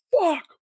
fuck